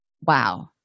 Wow